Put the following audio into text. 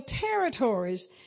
territories